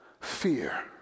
fear